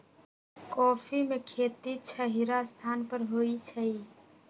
coffee में खेती छहिरा स्थान पर होइ छइ